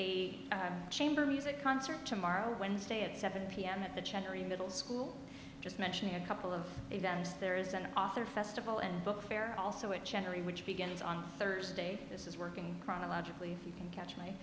a chamber music concert tomorrow wednesday at seven pm at the generally middle school just mentioning a couple of events there is an author festival and book fair also it generally which begins on thursday this is working chronologically you can catch m